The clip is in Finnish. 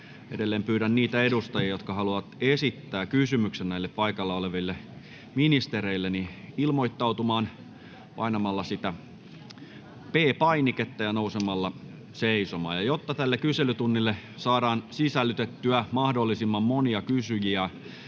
Pyydän niitä edustajia, jotka haluavat esittää kysymyksen ministerille, ilmoittautumaan painamalla P-painiketta ja nousemalla seisomaan. Jotta kyselytuntiin saadaan sisällytettyä mahdollisimman monta kysyjää,